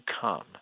come